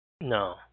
No